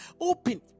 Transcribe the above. open